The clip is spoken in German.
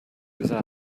user